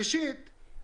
דבר שלישי,